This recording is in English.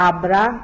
Abra